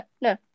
no